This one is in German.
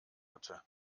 hatte